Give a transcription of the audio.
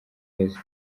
iheze